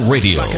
Radio